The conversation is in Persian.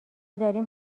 داریم